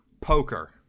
poker